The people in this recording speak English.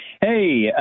Hey